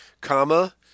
comma